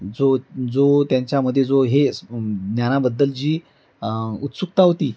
जो जो त्यांच्यामध्ये जो हे ज्ञानाबद्दल जी उत्सुकता होती